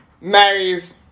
marries